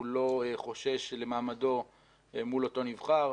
הוא לא חושש למעמדו מול אותו נבחר,